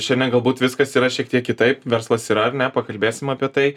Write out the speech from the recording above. šiandien galbūt viskas yra šiek tiek kitaip verslas yra ar ne pakalbėsim apie tai